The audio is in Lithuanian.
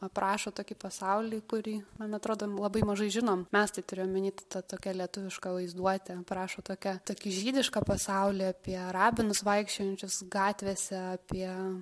aprašo tokį pasaulį kurį man atrodo labai mažai žinom mes tai turiu omeny tą tokią lietuvišką vaizduotę aprašo tokią tokį žydišką pasaulį apie rabinus vaikščiojančius gatvėse apie